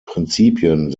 prinzipien